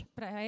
Para